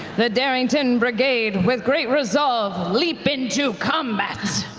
the darrington brigade, with great resolve, leap into combat!